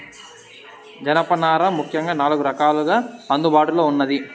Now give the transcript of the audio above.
జనపనార ముఖ్యంగా నాలుగు రకాలుగా అందుబాటులో ఉన్నాది